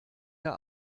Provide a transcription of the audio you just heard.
der